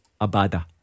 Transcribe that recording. Abada